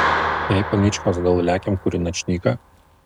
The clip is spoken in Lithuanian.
ei paničkos kad lekiam kur į načnyką